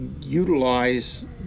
utilize